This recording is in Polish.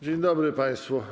Dzień dobry państwu.